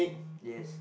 yes